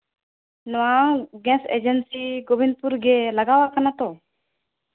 ᱱᱚᱣᱟ gas agency Gobindpur ᱜᱮ ᱞᱟᱜᱟᱣ ᱠᱟᱱᱟ ᱛᱚ